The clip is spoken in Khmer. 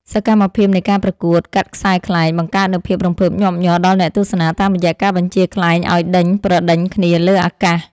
សកម្មភាពនៃការប្រកួត កាត់ខ្សែខ្លែង បង្កើតនូវភាពរំភើបញាប់ញ័រដល់អ្នកទស្សនា តាមរយៈការបញ្ជាខ្លែងឱ្យដេញប្រដេញគ្នាលើអាកាស។